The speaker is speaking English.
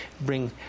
bring